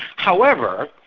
however,